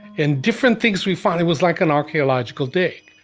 and different things we find it was like an archeological dig.